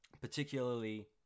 particularly